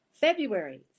February